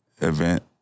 event